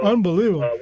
Unbelievable